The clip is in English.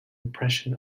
impression